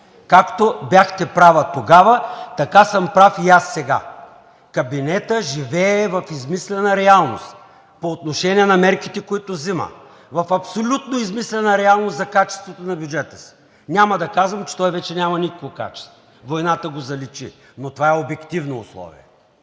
Както бяхте права тогава, така съм прав и аз сега. Кабинетът живее в измислена реалност по отношение на мерките, които взима, в абсолютно измислена реалност за качеството на бюджета си. Няма да казвам, че той вече няма никакво качество – войната го заличи, но това е обективно условие.